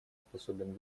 способен